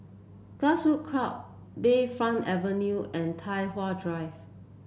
Grassroots Club Bayfront Avenue and Tai Hwan Drive